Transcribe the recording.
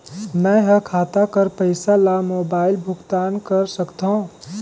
मैं ह खाता कर पईसा ला मोबाइल भुगतान कर सकथव?